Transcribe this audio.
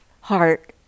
heart